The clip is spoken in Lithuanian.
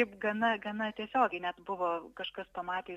taip gana gana tiesiogiai net buvo kažkas pamatė